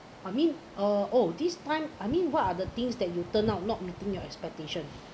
I mean uh oh this time I mean what are the things that you turn out not meeting your expectation